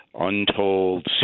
untold